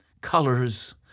colors